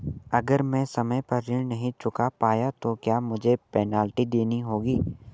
अगर मैं समय पर ऋण नहीं चुका पाया तो क्या मुझे पेनल्टी देनी होगी?